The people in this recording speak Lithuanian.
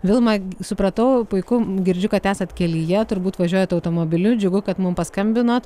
vilma supratau puiku girdžiu kad esat kelyje turbūt važiuojat automobiliu džiugu kad mum paskambinot